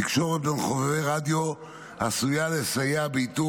תקשורת בין חובבי רדיו עשויה לסייע באיתור